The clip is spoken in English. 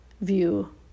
view